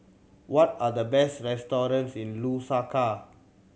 what are the best restaurants in Lusaka